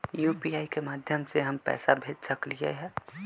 UPI के माध्यम से हम पैसा भेज सकलियै ह?